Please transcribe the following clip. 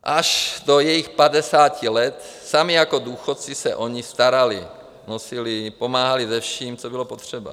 Až do jejích padesáti let sami jako důchodci se o ni starali, nosili ji, pomáhali se vším, co bylo potřeba.